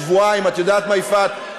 שבועיים, את יודעת מה, יפעת?